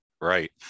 Right